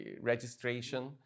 registration